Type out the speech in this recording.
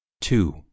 Two